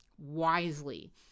wisely